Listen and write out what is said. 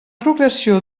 progressió